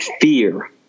fear